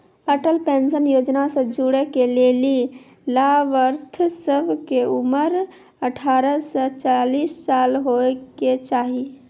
Atal pension योजना से जुड़ै के लेली लाभार्थी सभ के उमर अठारह से चालीस साल होय के चाहि